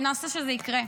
ונעשה שזה יקרה.